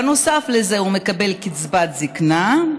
ובנוסף לזה, הוא מקבל קצבת זקנה,